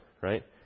right